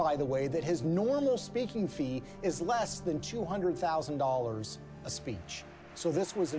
by the way that his normal speaking fee is less than two hundred thousand dollars a speech so this was